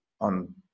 on